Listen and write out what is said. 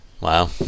Wow